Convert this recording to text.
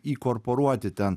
įkorporuoti ten